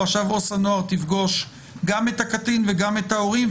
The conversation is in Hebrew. ועכשיו העובד הסוציאלי יפגוש גם את הקטן וגם את ההורים,